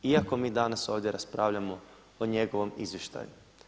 Iako mi danas ovdje raspravljamo o njegovom izvještaju.